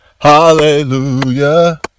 hallelujah